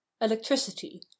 Electricity